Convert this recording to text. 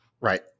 Right